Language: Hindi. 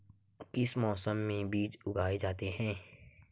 किस मौसम में बीज लगाए जाते हैं?